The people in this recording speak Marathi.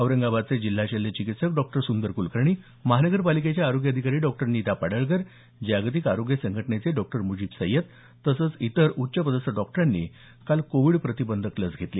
औरंगाबादचे जिल्हा शल्य चिकित्सक डॉ सुंदर कुलकर्णी महानगरपालिकेच्या आरोग्य अधिकारी डॉ नीता पाडळकर जागतिक आरोग्य संघटनेचे डॉ मुजीब सय्यद तसंच इतर उच्चपदस्थ डॉक्टरांनी काल कोविड प्रतिबंधक लस घेतली